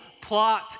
plot